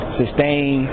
sustain